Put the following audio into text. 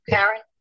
Karen